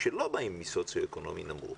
שלא באים מסוציואקונומי נמוך